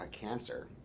cancer